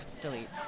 delete